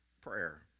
prayer